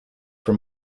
for